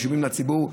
חשובים לציבור,